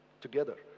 together